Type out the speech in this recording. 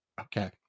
Okay